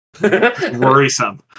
Worrisome